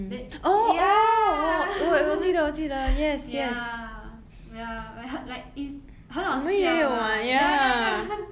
then ya ya ya but like it's 很好笑 lah ya ya ya